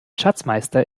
schatzmeister